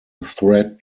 threat